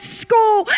school